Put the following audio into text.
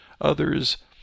Others